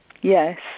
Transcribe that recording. yes